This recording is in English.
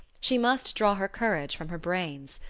she must draw her courage from her brains.